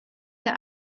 der